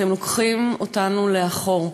אתם לוקחים אותנו לאחור.